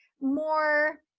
more